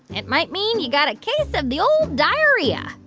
it might mean you got a case of the ol' diarrhea.